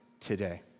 today